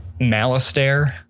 Malastare